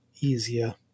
easier